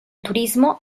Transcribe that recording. turismo